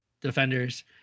defenders